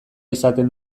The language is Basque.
izaten